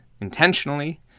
intentionally